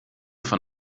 von